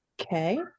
Okay